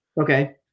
Okay